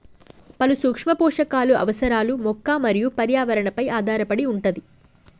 పలు సూక్ష్మ పోషకాలు అవసరాలు మొక్క మరియు పర్యావరణ పై ఆధారపడి వుంటది